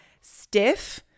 stiff